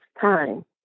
time